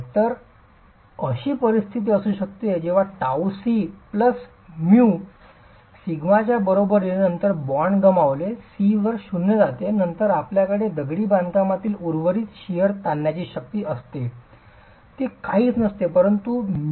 तर अशी परिस्थिती असू शकते जेव्हा tau c प्लस म्यू सिग्माच्या बरोबरीने नंतर बॉन्ड गमावले C वर 0 जाते नंतर आपल्याकडे दगडी बांधकामातील उर्वरित शिअर ताणण्याची शक्ती असते ती काहीच नसते परंतु μσ